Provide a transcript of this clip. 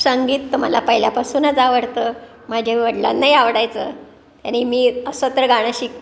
संगीत तर मला पहिल्यापासूनच आवडतं माझ्या वडिलांनाही आवडायचं आणि मी असं तर गाणं शिक